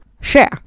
share